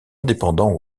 indépendant